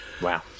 Wow